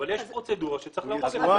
אבל יש פרוצדורה שצריך לעבוד לפיה.